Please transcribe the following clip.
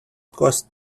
cost